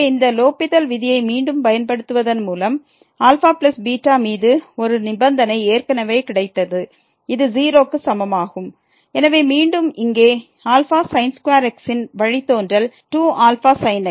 எனவே இந்த லோப்பித்தல் விதியை மீண்டும் பயன்படுத்துவதன் மூலம் αβ மீது ஒரு நிபந்தனை ஏற்கனவே கிடைத்தது இது 0 க்கு சமமாகும் எனவே மீண்டும் இங்கே x இன் வழித்தோன்றல் 2αsin x